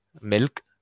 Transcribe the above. milk